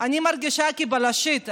אני מרגישה בלשית.